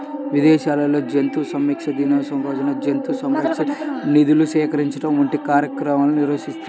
విదేశాల్లో జంతు సంక్షేమ దినోత్సవం రోజున జంతు సంరక్షణకు నిధులు సేకరించడం వంటి కార్యక్రమాలు నిర్వహిస్తారు